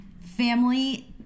family